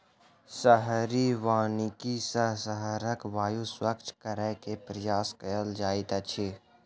शहरी वानिकी सॅ शहरक वायु स्वच्छ करै के प्रयास कएल जाइत अछि